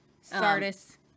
Sardis